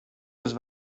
eus